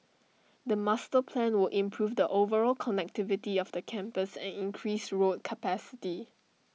the master plan will improve the overall connectivity of the campus and increase road capacity